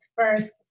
First